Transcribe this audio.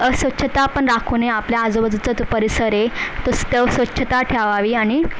अस्वच्छता पण राखू नये आपल्या आजूबाजूचा जो परिसरर आहे तो स्टव स्वच्छता ठेवावी आणि